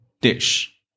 dish